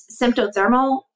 Symptothermal